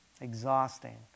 Exhausting